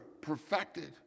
perfected